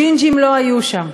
ג'ינג'ים לא היו שם.